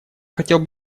хотел